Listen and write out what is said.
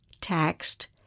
taxed